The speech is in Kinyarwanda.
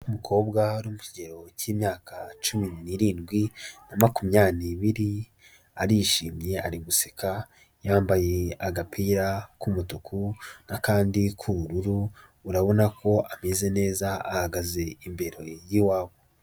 Umukobwa uri mu kigero cy'imyaka cumi n'irindwi na makumyabiri n'irindwi, arishimye ari guseka, yambaye agapira k'umutuku n'akandi k'ubururu, urabona ko ameze neza ahagaze imbere y'iwabo.